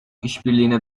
işbirliğine